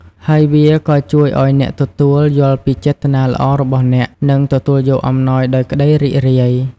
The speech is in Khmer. ហើយវាក៏ជួយឲ្យអ្នកទទួល យល់ពីចេតនាល្អរបស់អ្នក និងទទួលយកអំណោយដោយក្ដីរីករាយ។